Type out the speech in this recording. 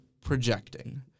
projecting